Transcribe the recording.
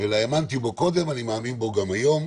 אלא האמנתי בו קודם, אני מאמין בו גם היום.